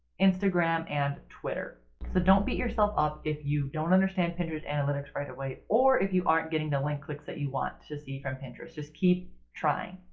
instagram, and twitter. so don't beat yourself up if you don't understand pinterest analytics right away or if you aren't getting the link clicks that you want to see from pinterest, just keep trying.